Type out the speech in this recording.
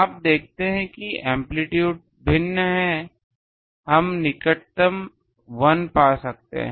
आप देखते हैं कि एम्पलीटूड भिन्न होता है हम निकटतम 1 पा सकते हैं